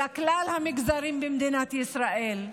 אלא כלל המגזרים במדינת ישראל.